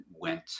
went